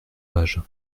page